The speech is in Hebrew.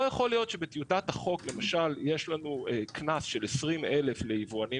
לא יכול להיות שבטיוטת החוק למשל יש לנו קנס של 20,000 ליבואנים